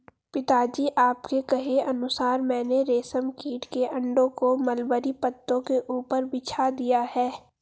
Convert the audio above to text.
पिताजी आपके कहे अनुसार मैंने रेशम कीट के अंडों को मलबरी पत्तों के ऊपर बिछा दिया है